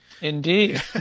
Indeed